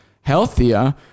healthier